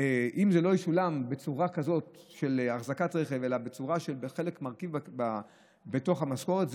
אם זה לא ישולם בצורה של אחזקת רכב אלא כמרכיב בתוך המשכורת,